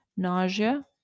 Nausea